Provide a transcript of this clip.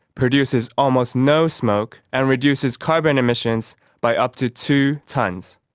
produces almost no smoke, and reduces carbon emissions by up to two tonnes.